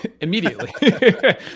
immediately